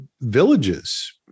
villages